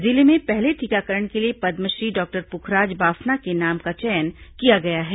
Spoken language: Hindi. जिले में पहले टीका करण के लिए पदमश्री डॉक्टर प्रखराज बाफना के नाम का चयन किया गया है